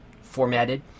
formatted